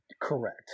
correct